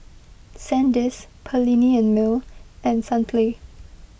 Sandisk Perllini and Mel and Sunplay